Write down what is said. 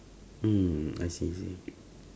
mm I see I see